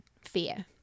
fear